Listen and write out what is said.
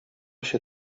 się